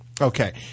Okay